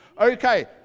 Okay